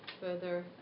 further